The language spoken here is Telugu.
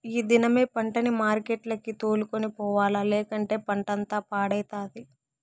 ఈ దినమే పంటని మార్కెట్లకి తోలుకొని పోవాల్ల, లేకంటే పంటంతా పాడైతది